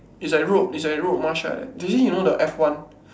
is like road is like road march ah did he know the F one